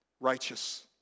righteous